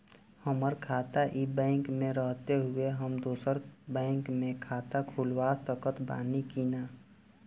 हमार खाता ई बैंक मे रहते हुये हम दोसर बैंक मे खाता खुलवा सकत बानी की ना?